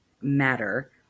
matter